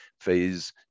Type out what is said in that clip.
phase